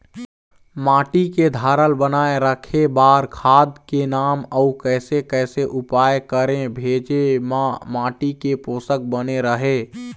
माटी के धारल बनाए रखे बार खाद के नाम अउ कैसे कैसे उपाय करें भेजे मा माटी के पोषक बने रहे?